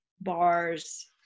bars